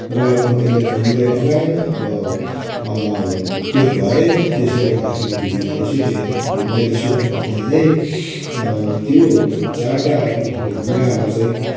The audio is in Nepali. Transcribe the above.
र अब त्यसलाई भीमलाई अघाएन पेट भरिएन त्यसले गर्दाखेरि भीमलाई रिस उठ्यो रे भीमलाई रिस उठ्दाखेरि चाहिँ त्यो चारवटा ढुङ्गामा चाहिँ